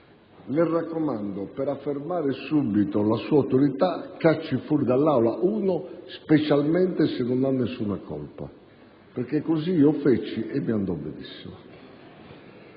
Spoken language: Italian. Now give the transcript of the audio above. mi raccomando, per affermare subito la sua autorità cacci fuori dall'Aula uno, specialmente se non ha nessuna colpa. Perché così io feci e mi andò benissimo.